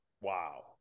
Wow